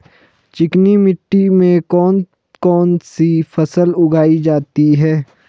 चिकनी मिट्टी में कौन कौन सी फसल उगाई जाती है?